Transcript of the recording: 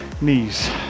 knees